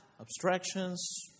abstractions